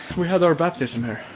we had our baptisms here.